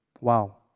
Wow